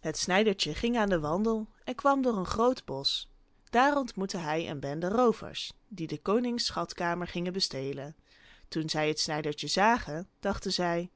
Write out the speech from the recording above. het snijdertje ging aan den wandel en kwam door een groot bosch daar ontmoette hij een bende roovers die des konings schatkamer gingen bestelen toen zij het snijdertje zagen dachten zij